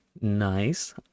Nice